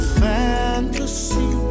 fantasy